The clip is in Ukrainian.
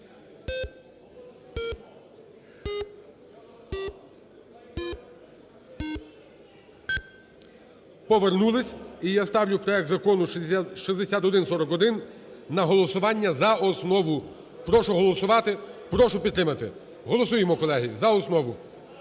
Повернулися. І я ставлю проект Закону 6141 на голосування за основу. Прошу голосувати, прошу підтримати. Голосуємо, колеги, за основу